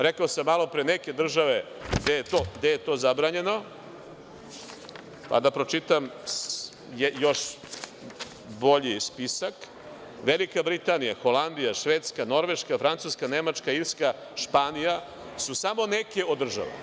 Rekao sam malopre neke države gde je to zabranjeno, pa da pročitam još bolji spisak: Velika Britanija, Holandija, Švedska, Norveška, Francuska, Nemačka, Irska, Španija su samo neke od država.